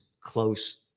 close